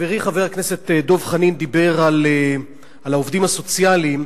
חברי חבר הכנסת דב חנין דיבר על העובדים הסוציאליים,